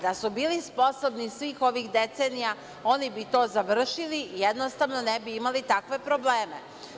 Da su bili sposobni svih ovih decenija oni bi to završili i jednostavno ne bi imali takve probleme.